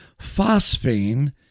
phosphine